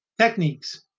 Techniques